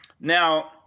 Now